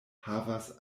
havas